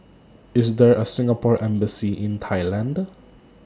IS There A Singapore Embassy in Thailand